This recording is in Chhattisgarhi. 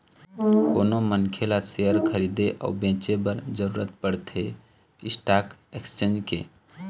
कोनो मनखे ल सेयर खरीदे अउ बेंचे बर जरुरत पड़थे स्टाक एक्सचेंज के